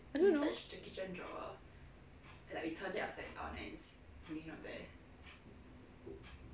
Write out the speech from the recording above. I don't know